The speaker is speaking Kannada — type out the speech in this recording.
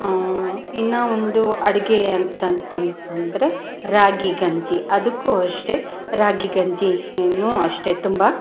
ಇನ್ನೂ ಒಂದು ಅಡಿಗೆಯಂತಂತಂತಂದ್ರೆ ರಾಗಿ ಗಂಜಿ ಅದಕ್ಕೂ ಅಷ್ಟೆ ರಾಗಿ ಗಂಜಿನೂ ಅಷ್ಟೆ ತುಂಬ